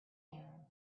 arab